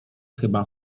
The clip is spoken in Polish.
chyba